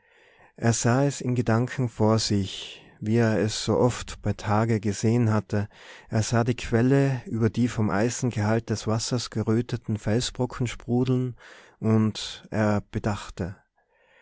er sah es in gedanken vor sich wie er es so oft bei tage gesehen hatte er sah die quelle über die vom eisengehalt des wassers geröteten felsbrocken sprudeln und er bedachte